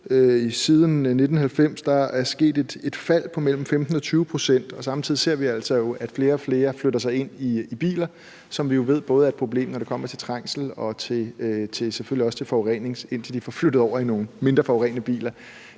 der cykler, er sket et fald siden 1990 på mellem 15 og 20 pct. og samtidig ser vi jo altså, at flere og flere flytter sig ind i biler, som vi ved både er et problem, når det kommer til trængsel og selvfølgelig også til forurening, indtil de får sig flyttet over i nogle mindre forurenende biler;